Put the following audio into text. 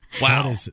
wow